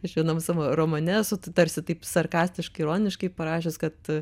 žinom savo romane su tarsi taip sarkastiškai ironiškai parašius kad